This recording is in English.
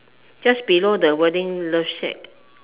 just below the wording love shack